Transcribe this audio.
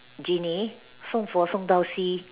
genie 送佛送到西：song fo song dao xi